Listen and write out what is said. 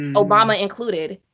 and obama included,